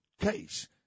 case